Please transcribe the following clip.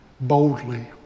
boldly